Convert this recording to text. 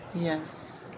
Yes